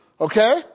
Okay